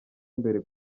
imbere